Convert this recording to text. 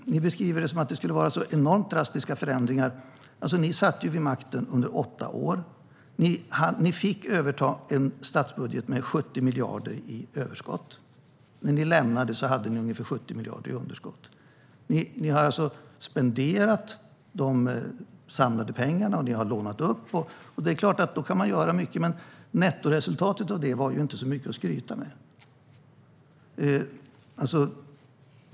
Ni beskriver det som att det skulle vara enormt drastiska förändringar. Ni satt vid makten i åtta år. Ni fick överta en statsbudget med 70 miljarder i överskott. När ni lämnade regeringen hade ni ungefär 70 miljarder i underskott. Ni spenderade alltså de samlade pengarna och ni lånade pengar, och det är klart att man då kan göra mycket, men nettoresultatet var inte så mycket att skryta med.